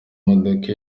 modoka